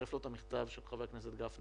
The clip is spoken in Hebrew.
לצרף לו את המכתב של חבר הכנסת גפני